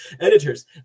editors